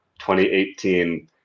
2018